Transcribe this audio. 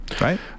Right